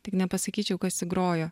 tik nepasakyčiau kas jį grojo